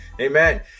Amen